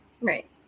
right